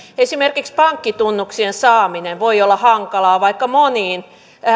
esimerkiksi pankkitunnuksien saaminen voi olla hankalaa vaikka moniin